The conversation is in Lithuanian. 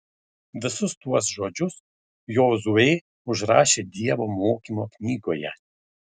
visus tuos žodžius jozuė užrašė dievo mokymo knygoje